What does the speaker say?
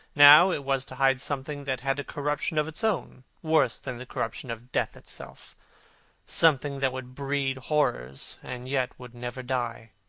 now it was to hide something that had a corruption of its own, worse than the corruption of death itself something that would breed horrors and yet would never die.